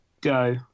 go